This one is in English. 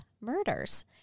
murders